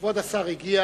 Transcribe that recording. כבוד השר הגיע